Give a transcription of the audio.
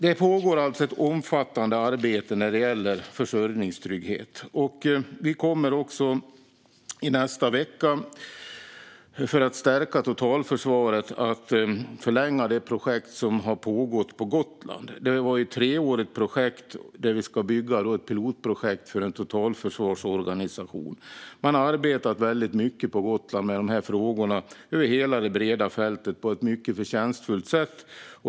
Det pågår alltså ett omfattande arbete när det gäller försörjningstrygghet. Vi kommer också i nästa vecka, för att stärka totalförsvaret, att förlänga det projekt som har pågått på Gotland. Det handlar om ett treårigt projekt där vi ska bygga ett pilotprojekt för en totalförsvarsorganisation. Man har på Gotland arbetat väldigt mycket med dessa frågor över hela det breda fältet på ett mycket förtjänstfullt sätt.